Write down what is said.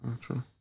True